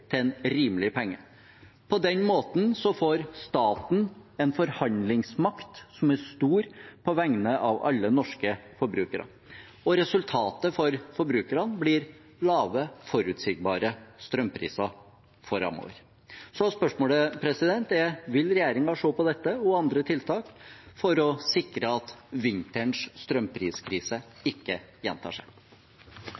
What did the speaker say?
til en rimelig penge. På den måten får staten en forhandlingsmakt som er stor på vegne av alle norske forbrukere, og resultatet for forbrukerne blir lave, forutsigbare strømpriser framover. Spørsmålet er: Vil regjeringen se på dette og andre tiltak for å sikre at vinterens strømpriskrise